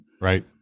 right